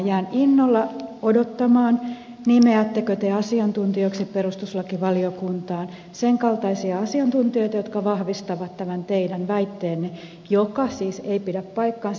jään innolla odottamaan nimeättekö te asiantuntijoiksi perustuslakivaliokuntaan sen kaltaisia asiantuntijoita jotka vahvistavat tämän teidän väitteenne joka siis ei pidä paikkaansa